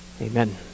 amen